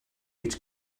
each